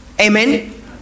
Amen